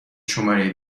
شماره